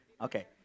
Okay